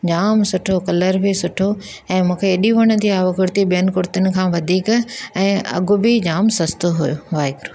जाम सुठो कलर बि सुठो ऐं मूंखे एॾी वणंदी आहे उहो कुर्ती ॿियनि कुर्तियुनि खां वधीक ऐं अघ बि जाम सस्तो हुयो वाहेइट